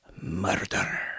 murder